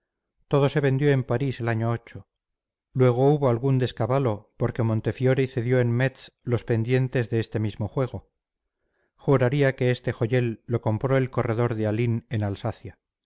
todo se vendió en parís el año luego hubo algún descabalo porque montefiori cedió en metz los pendientes de este mismo juego juraría que este joyel lo compró el corredor de aline en alsacia